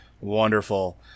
Wonderful